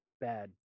Bad